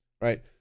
right